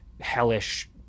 hellish